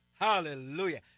Hallelujah